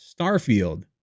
Starfield